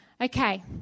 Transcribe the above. Okay